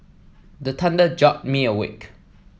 the thunder jolt me awake